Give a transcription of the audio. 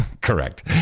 correct